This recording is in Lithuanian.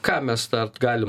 ką mes dar galim